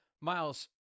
Miles